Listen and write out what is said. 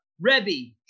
Rebbe